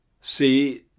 See